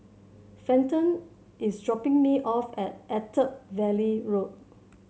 Fenton is dropping me off at Attap Valley Road